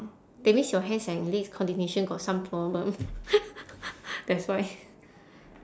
that means your hands and legs coordination got some problem that's why